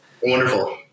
Wonderful